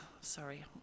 Sorry